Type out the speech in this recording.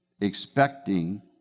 expecting